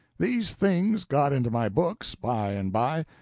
these things got into my books by and by,